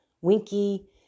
winky